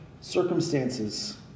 circumstances